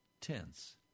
tense